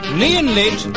neon-lit